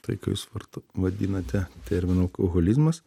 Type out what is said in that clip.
tai ką jūs vart vadinate terminu holizmas